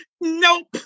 Nope